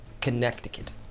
Connecticut